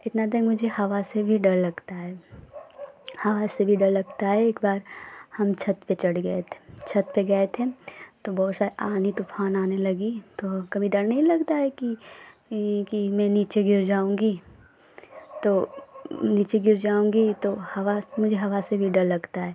इतना देर मुझे हवा से भी डर लगता है हवा से भी डर लगता है एक बार हम छत पर चढ़ गए थे छत पर गए थे तो बहुत सारे आंधी तूफान आने लगी तो कभी डर नहीं लगता है कि इ कि मैं नीचे गिर जाऊँगी तो नीचे गिर जाऊँगी तो हवा से मुझे हवा से भी डर लगता है